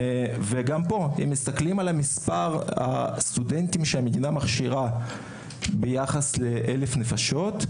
אם מסתכלים על מספר הסטודנטים שהמדינה מכשירה ביחס ל-1,000 נפשות,